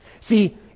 See